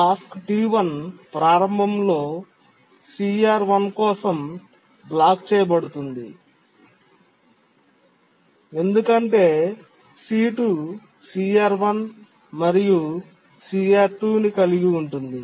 task T1 ప్రారంభంలో CR1 కోసం block చేస్తుంది ఎందుకంటే T2 CR1 మరియు CR2 ని కలిగి ఉంది